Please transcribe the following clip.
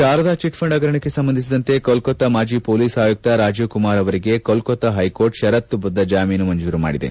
Sharada chit fund ಹಗರಣಕ್ಕೆ ಸಂಬಂಧಿಸಿದಂತೆ ಕೋಲ್ಕತ್ತಾ ಮಾಜಿ ಪೊಲೀಸ್ ಆಯುಕ್ತ ರಾಜೀವ್ ಕುಮಾರ್ ಅವರಿಗೆ ಕೋಲ್ಕತ್ತಾ ಹೈಕೋರ್ಟ್ ಪರತ್ತುಬದ್ದ ಜಾಮೀನು ಮಂಜೂರು ಮಾಡಿದೆ